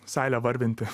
seilę varvinti